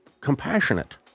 compassionate